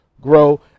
grow